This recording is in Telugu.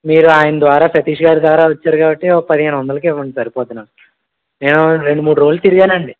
మీరు ఆయన ద్వారా సతీష్గారి ద్వారా వచ్చారు కాబట్టి ఒక పదిహేను వందలకి ఇవ్వండి సరిపోద్ది నాకు నేను ఒక రెండు మూడు రోజులు తిరిగానండి